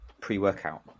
pre-workout